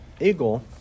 eagle